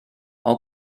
will